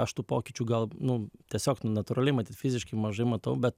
aš tų pokyčių gal nu tiesiog natūraliai matyt fiziškai mažai matau bet